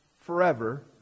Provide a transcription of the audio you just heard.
forever